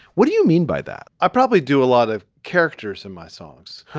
what do you mean by that? i probably do a lot of characters in my songs.